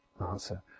answer